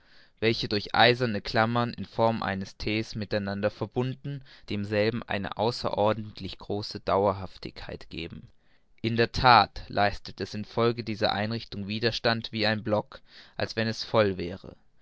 welche durch eiserne klammern in form eines t mit einander verbunden demselben eine außerordentlich große dauerhaftigkeit geben in der that leistet es in folge dieser einrichtung widerstand wie ein block als wenn es voll wäre